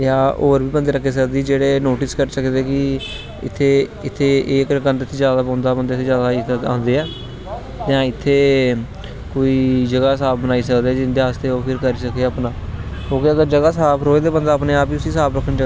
जां औऱ बी बंदे रक्खी सकदे जेहडे़ कि इत्थे एह् गंद ज्यादा पौंदा ज्यादा जित्थे जित्थे आंदे जां जित्थै कोई जगह साफ बनाई सकदे जिन्दे आस्ते ओह् फिर करी सकदे अपना ओह् अगर जगह साफ ओह् ते बंदा अपने आप उसी साफ करी ओङदा